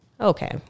okay